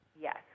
yes